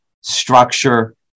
structure